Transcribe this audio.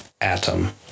atom